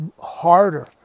harder